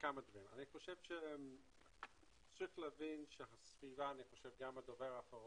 אני רוצה להתייחס לשתי אמירות שהעלו לובי 99. אחד הדברים